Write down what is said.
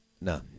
No